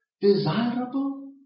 desirable